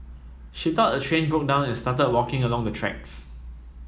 she thought the train broke down and started walking along the tracks